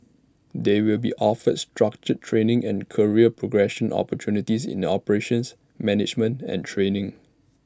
they will be offered structured training and career progression opportunities in the operations management and training